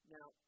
Now